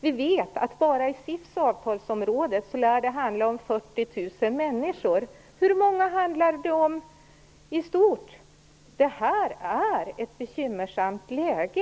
Vi vet att bara i SIF:s avtalsområde lär det handla om 40 000 människor. Hur många handlar det om i stort? Det här är ett bekymmersamt läge.